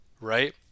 right